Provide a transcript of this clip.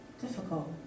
difficult